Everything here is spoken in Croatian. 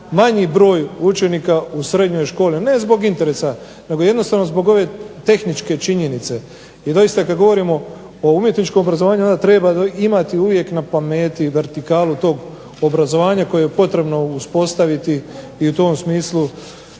manji broj učenika u srednjoj školi, ne zbog interesa nego jednostavno zbog ove tehničke činjenice. I doista kad govorimo o umjetničkom obrazovanju onda treba imati uvijek na pameti vertikalu tog obrazovanja koje je potrebno uspostaviti i u tom smislu